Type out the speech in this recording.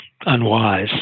unwise